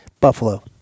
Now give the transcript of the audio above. Buffalo